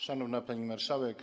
Szanowna Pani Marszałek!